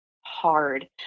hard